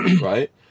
right